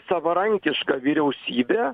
savarankiška vyriausybe